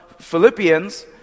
Philippians